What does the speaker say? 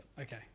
Okay